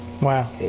Wow